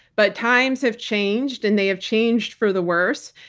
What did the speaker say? but times have changed and they have changed for the worse.